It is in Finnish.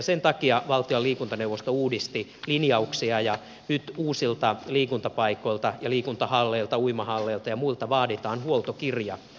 sen takia valtion liikuntaneuvosto uudisti linjauksia ja nyt uusilta liikuntapaikoilta ja liikuntahalleilta uimahalleilta ja muilta vaaditaan huoltokirja